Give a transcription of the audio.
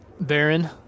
Baron